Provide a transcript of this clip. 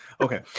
Okay